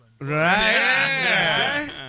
Right